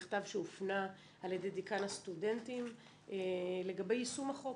שהופנה על ידי דיקן הסטודנטים לגבי יישום החוק.